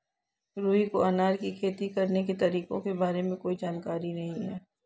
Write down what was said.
रुहि को अनार की खेती करने के तरीकों के बारे में कोई जानकारी नहीं है